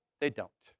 they don't.